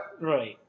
Right